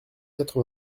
quatre